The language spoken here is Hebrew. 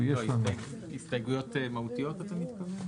אתה מתכוון להסתייגויות מהותיות?